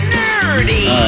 nerdy